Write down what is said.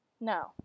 No